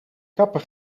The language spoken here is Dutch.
kapper